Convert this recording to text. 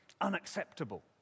unacceptable